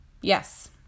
Yes